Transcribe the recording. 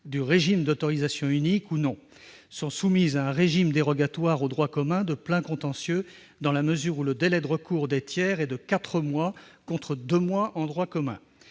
du régime d'autorisation unique ou non, sont soumises à un régime dérogatoire au droit commun du plein contentieux, dans la mesure où le délai de recours des tiers est de quatre mois, contre deux mois dans le droit commun.